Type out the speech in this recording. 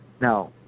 Now